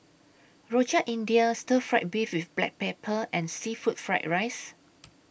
Rojak India Stir Fry Beef with Black Pepper and Seafood Fried Rice